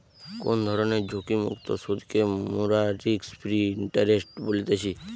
কোনো ধরণের ঝুঁকিমুক্ত সুধকে মোরা রিস্ক ফ্রি ইন্টারেস্ট বলতেছি